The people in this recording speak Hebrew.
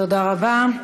תודה רבה.